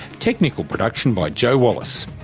technical production by joe wallace.